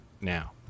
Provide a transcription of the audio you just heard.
now